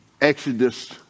exodus